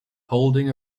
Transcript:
holding